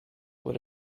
what